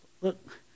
Look